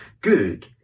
good